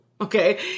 Okay